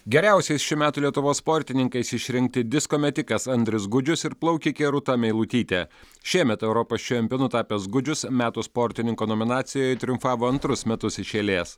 geriausiais šių metų lietuvos sportininkais išrinkti disko metikas andrius gudžius ir plaukikė rūta meilutytė šiemet europos čempionu tapęs gudžius metų sportininko nominacijoje triumfavo antrus metus iš eilės